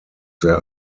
there